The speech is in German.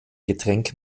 getränk